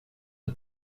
the